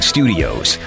Studios